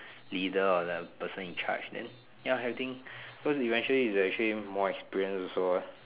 leader or the person in charge then ya everything so eventually is actually more experience also lah